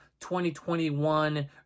2021